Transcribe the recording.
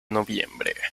noviembre